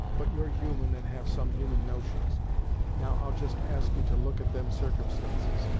but you're human and have some human notions now i'll just ask you to look at them circumstances.